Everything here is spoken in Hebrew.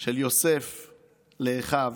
של יוסף לאחיו,